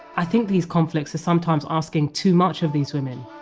i think these conflicts are sometimes asking too much of these women.